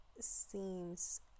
seems